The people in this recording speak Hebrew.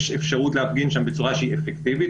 יש אפשרות להפגין שם בצורה שהיא אפקטיבית,